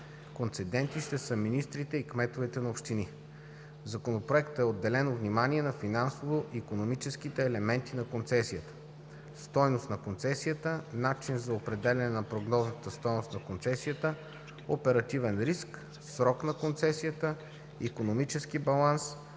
Концеденти ще са министрите и кметовете на общини. В законопроекта е отделено внимание на финансово-икономическите елементи на концесията: стойност на концесията, начин за определяне на прогнозната стойност на концесията, оперативен риск, срок на концесията, икономически баланс,